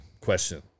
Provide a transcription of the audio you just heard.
question